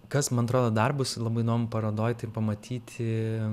kas man atrodo dar bus labai įdomu parodoj tai pamatyi